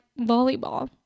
Volleyball